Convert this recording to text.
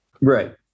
Right